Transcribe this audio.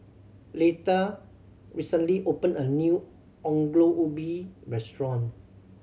Leitha recently opened a new Ongol Ubi restaurant